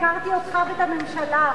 ביקרתי אותך ואת הממשלה.